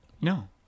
No